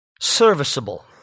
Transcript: serviceable